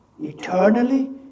eternally